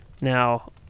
Now